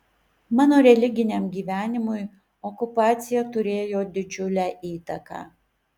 mano religiniam gyvenimui okupacija turėjo didžiulę įtaką